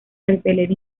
repeler